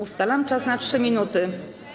Ustalam czas na 3 minuty.